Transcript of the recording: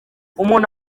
umuntu